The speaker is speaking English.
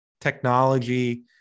technology